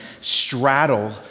straddle